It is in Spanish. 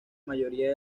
mayoría